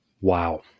Wow